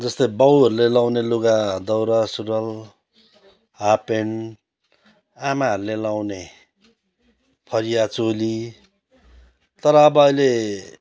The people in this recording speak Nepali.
जस्तै बाउहरूले लाउने लुगा दौरा सुरुवाल हाफपेन्ट आमाहरूले लाउने फरिया चोली तर अब अहिले